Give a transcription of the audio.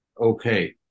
okay